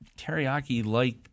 teriyaki-like